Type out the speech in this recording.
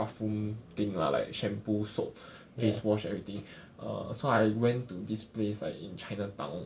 bathroom thing lah like shampoo soap face wash everything ah so I went to this place like in chinatown